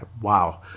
wow